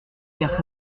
père